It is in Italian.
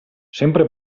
sempre